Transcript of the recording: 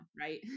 right